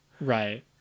right